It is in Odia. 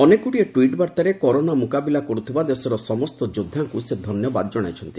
ଅନେକଗୁଡ଼ିଏ ଟ୍ୱିଟ୍ ବାର୍ତ୍ତାରେ କରୋନା ମୁକାବିଲା କର୍ଥିବା ଦେଶର ସମସ୍ତ ଯୋଦ୍ଧାଙ୍କୁ ସେ ଧନ୍ୟବାଦ ଜଣାଇଛନ୍ତି